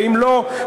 ואם לא,